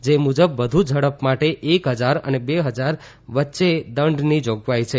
જે મુજબ વધુ ઝડપ માટે એક હજાર અને બે ફજાર વચ્ચે દંડની જાગવાઇ છે